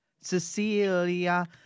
Cecilia